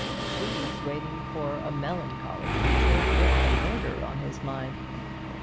she's waiting for a melancholy creature, with a murder on his mind.